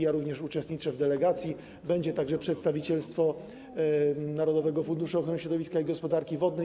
Ja również będę uczestniczył w delegacji, będzie także przedstawicielstwo Narodowego Funduszu Ochrony Środowiska i Gospodarki Wodnej.